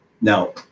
Now